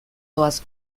doaz